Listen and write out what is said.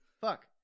Fuck